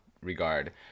regard